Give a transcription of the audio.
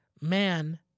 Man